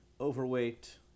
overweight